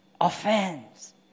Offense